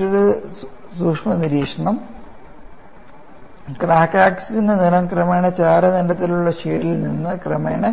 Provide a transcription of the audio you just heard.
മറ്റൊരു സൂക്ഷ്മ നിരീക്ഷണം ക്രാക്ക് ആക്സിസ് ന്റെ നിറം ചാരനിറത്തിലുള്ള ചില ഷേഡുകളിൽ നിന്ന് ക്രമേണ